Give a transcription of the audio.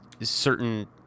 certain